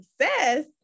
success